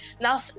Now